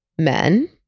men